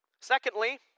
Secondly